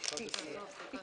לא משנה.